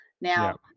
now